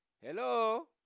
Hello